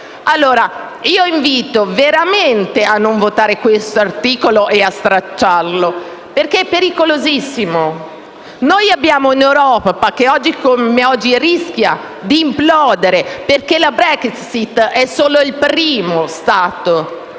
Invito veramente a non votare questo articolo e a stralciarlo, perché è pericolosissimo. Abbiamo un'Europa che, oggi come oggi, rischia di implodere, perché quello della Brexit è solo il primo caso